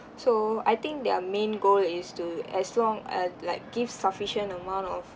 so I think their main goal is to as long uh like give sufficient amount of